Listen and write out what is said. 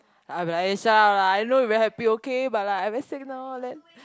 like I'll be like eh shut up lah I know you very happy okay but like I very sick now then